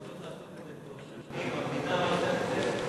לחינוך רוצות לעשות את זה כבר שנים אבל המדינה לא נותנת כסף.